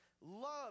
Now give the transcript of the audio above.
love